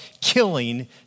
killing